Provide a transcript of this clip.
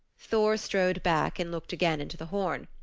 thor strode back and looked again into the horn.